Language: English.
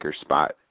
spot